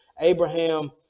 Abraham